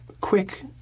quick